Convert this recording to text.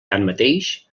tanmateix